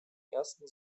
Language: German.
ersten